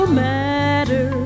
matter